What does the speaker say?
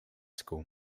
school